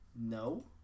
No